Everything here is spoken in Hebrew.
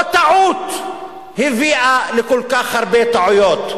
לא טעות הביאה לכל כך הרבה טעויות.